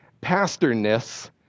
pastor-ness